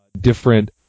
different